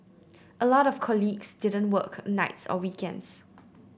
a lot of colleagues didn't work nights or weekends